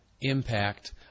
impact